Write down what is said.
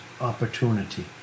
opportunity